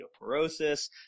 osteoporosis